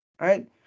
Right